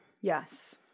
Yes